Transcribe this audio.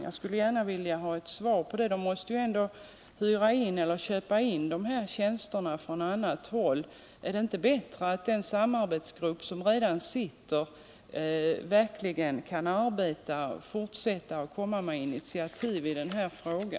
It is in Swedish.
Jag skulle gärna vilja ha ett svar på det. Spri måste ändå köpa dessa tjänster från annat håll. Är det inte bättre att den samarbetsgrupp som redan sitter verkligen kan arbeta och fortsätta att ta initiativ i denna fråga?